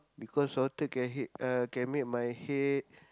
because salted can he~ uh can make my head